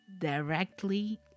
directly